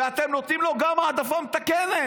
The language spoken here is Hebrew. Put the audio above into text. ואתם נותנים לו גם העדפה מתקנת.